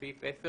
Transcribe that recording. הסעיף אושר.